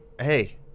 hey